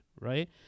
right